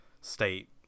state